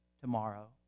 tomorrow